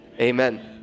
Amen